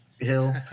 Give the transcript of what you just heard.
hill